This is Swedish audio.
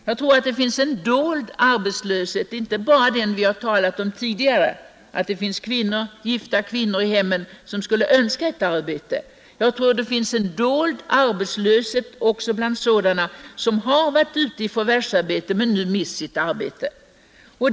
Jag tror att det t.o.m. finns en dold arbetslöshet inte bara av den art som vi tidigare har talat om, nämligen bland gifta kvinnor i hemmen, utan också bland sådana som har varit ute i förvärvsarbete men nu mist sin anställning.